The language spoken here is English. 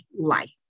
life